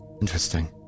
interesting